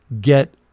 get